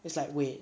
it's like wait